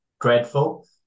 dreadful